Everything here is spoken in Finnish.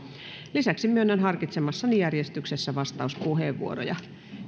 lisäksi myönnän harkitsemassani järjestyksessä vastauspuheenvuoroja